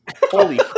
Holy